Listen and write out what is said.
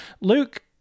Luke